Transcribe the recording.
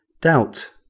doubt